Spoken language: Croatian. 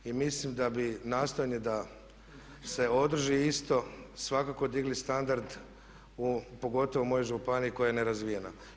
I mislim da bi nastojanje da bi da se održi isto svakako digli standard u pogotovo mojoj županiji koja je nerazvijena.